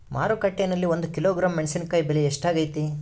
ಮಾರುಕಟ್ಟೆನಲ್ಲಿ ಒಂದು ಕಿಲೋಗ್ರಾಂ ಮೆಣಸಿನಕಾಯಿ ಬೆಲೆ ಎಷ್ಟಾಗೈತೆ?